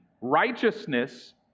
righteousness